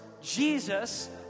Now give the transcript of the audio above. Jesus